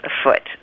afoot